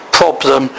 problem